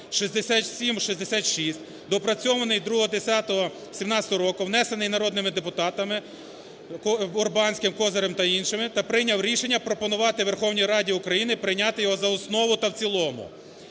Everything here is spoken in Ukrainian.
6766, доопрацьований 2.10.17 року, внесений народними депутатами Урбанським, Козирем та іншими, та прийняв рішення пропонувати Верховній Раді України прийняти його за основу та в цілому.